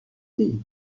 tea